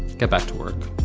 get back to work